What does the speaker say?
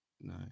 No